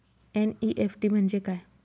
NEFT म्हणजे काय?